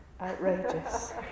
Outrageous